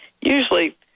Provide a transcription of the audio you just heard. Usually